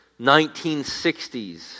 1960's